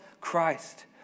Christ